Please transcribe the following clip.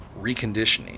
reconditioning